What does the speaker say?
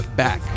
back